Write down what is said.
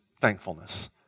thankfulness